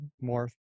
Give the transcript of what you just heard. more